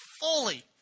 fully